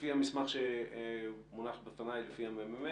לפי המסמך שמונח בפני שהוכן על ידי מרכז המחקר והמידע.